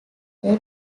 they